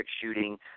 shooting